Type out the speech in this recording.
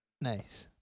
Nice